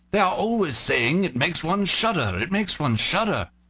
they are always saying it makes one shudder! it makes one shudder!